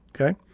Okay